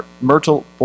Myrtle